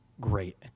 great